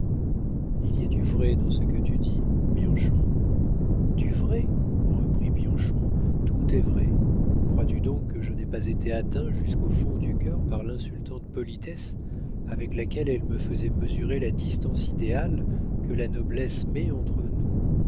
il y a du vrai dans ce que tu dis bianchon du vrai reprit bianchon tout est vrai crois-tu donc que je n'aie pas été atteint jusqu'au fond du cœur par l'insultante politesse avec laquelle elle me faisait mesurer la distance idéale que la noblesse met entre nous